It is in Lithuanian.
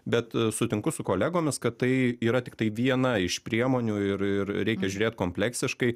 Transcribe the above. bet sutinku su kolegomis kad tai yra tiktai viena iš priemonių ir ir reikia žiūrėt kompleksiškai